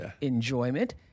Enjoyment